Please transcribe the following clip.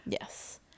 yes